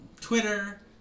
Twitter